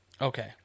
okay